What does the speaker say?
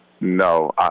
No